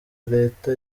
leta